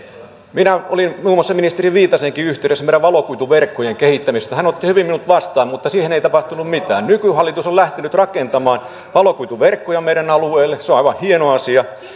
minä olin muun muassa ministeri viitaseenkin yhteydessä meidän valokuituverkkojemme kehittämisestä hän otti hyvin minut vastaan mutta siihen ei tapahtunut mitään nykyhallitus on lähtenyt rakentamaan valokuituverkkoja meidän alueellemme se on aivan hieno asia